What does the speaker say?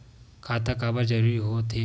खाता काबर जरूरी हो थे?